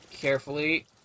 Carefully